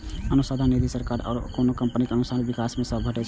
अनुसंधान निधि सरकार सं आ कोनो कंपनीक अनुसंधान विकास विभाग सं भेटै छै